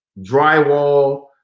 drywall